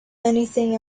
anything